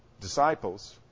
disciples